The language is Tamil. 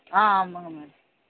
ஆ ஆமாங்க மேடம்